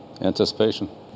anticipation